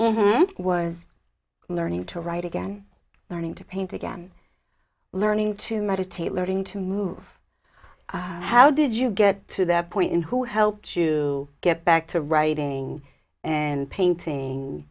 therapy was learning to write again learning to paint again learning to meditate learning to move how did you get to that point in who helped to get back to writing and painting